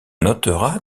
notera